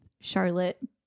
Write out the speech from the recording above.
Charlotte